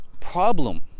problem